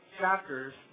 chapters